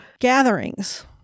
gatherings